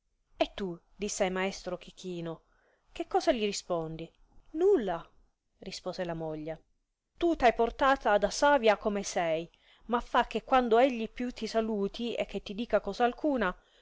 e tu disse maestro chechino che cosa gli rispondi nulla rispose la moglie tu t hai portata da savia come sei ma fa che quando egli più ti saluti e che ti dica cosa alcuna